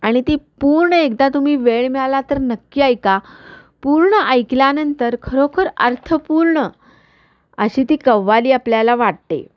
आणि ती पूर्ण एकदा तुम्ही वेळ मिळाला तर नक्की ऐका पूर्ण ऐकल्यानंतर खरोखर अर्थपूर्ण अशी ती कव्वाली आपल्याला वाटते